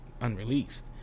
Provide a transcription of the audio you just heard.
unreleased